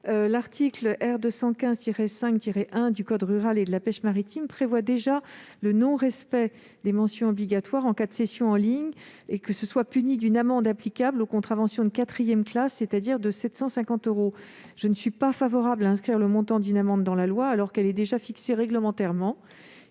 L'article R. 215-5-1 du code rural et de la pêche maritime prévoit déjà que le non-respect des mentions obligatoires en cas de cession en ligne est puni d'une amende applicable aux contraventions de quatrième classe, c'est-à-dire de 750 euros. Je ne suis pas favorable à l'inscription du montant d'une amende dans la loi, alors qu'elle est déjà fixée réglementairement